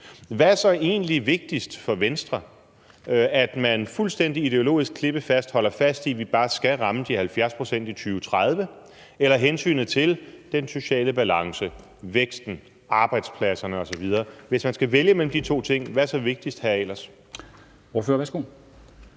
Hvad er så egentlig vigtigst for Venstre? Er det, at man fuldstændig ideologisk klippefast holder fast i, at vi bare skal ramme de 70 pct. i 2030, eller er det hensynet til den sociale balance, væksten, arbejdspladserne osv.? Hvis man skal vælge mellem de to ting, hvad er så vigtigst, hr.